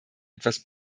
etwas